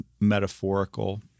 metaphorical